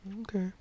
Okay